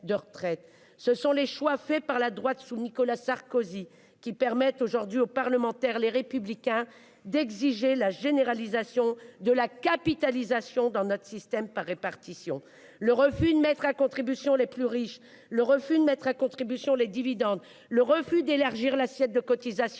». Les choix réalisés par la droite sous Nicolas Sarkozy permettent aujourd'hui aux parlementaires Les Républicains d'exiger la généralisation de la capitalisation dans notre système par répartition. Le refus de mettre à contribution les plus riches, le refus de mettre à contribution les dividendes, le refus d'élargir l'assiette de cotisation